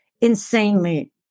insanely